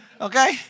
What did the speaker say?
Okay